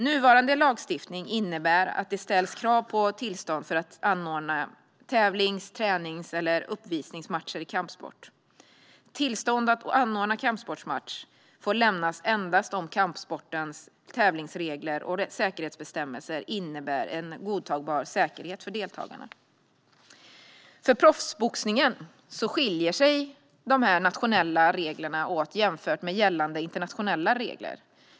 Nuvarande lagstiftning innebär att det ställs krav på tillstånd för att anordna tävlings-, tränings eller uppvisningsmatcher i kampsport. Tillstånd för att anordna kampsportsmatch får lämnas endast om kampsportens tävlingsregler och säkerhetsbestämmelser innebär en godtagbar säkerhet för deltagarna. För proffsboxningen skiljer sig dessa nationella regler åt jämfört med gällande internationella regler.